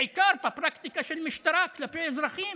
בעיקר בפרקטיקה של המשטרה כלפי אזרחים.